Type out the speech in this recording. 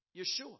Yeshua